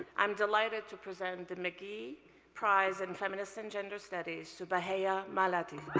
i am delighted to present the mckee prize in feminist and gender studies to baheya malati.